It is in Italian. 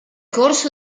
corso